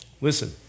Listen